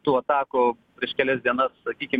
tų atakų prieš kelias dienas sakykime